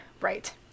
right